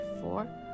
four